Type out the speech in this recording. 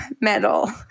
medal